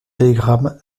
télégramme